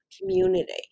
community